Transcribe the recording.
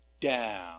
down